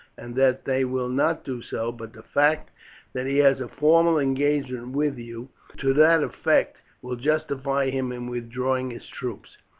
and that they will not do so, but the fact that he has a formal engagement with you to that effect will justify him in withdrawing his troops.